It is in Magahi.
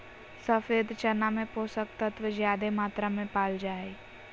सफ़ेद चना में पोषक तत्व ज्यादे मात्रा में पाल जा हइ